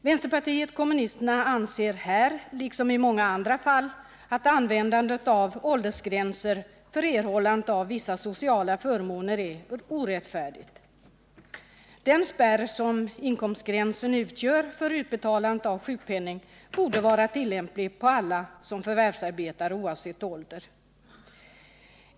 Vänsterpartiet kommunisterna anser här, liksom i många andra fall, att användandet av åldersgränser för erhållandet av vissa sociala förmåner är orättfärdigt. Den spärr som inkomstgränsen utgör för utbetalandet av sjukpenning borde vara tillämplig på alla som förvärvsarbetar, oavsett ålder.